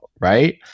Right